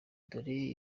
dore